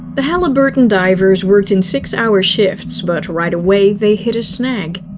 the halliburton divers worked in six-hour shifts. but right away, they hit a snag.